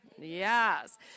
yes